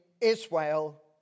Israel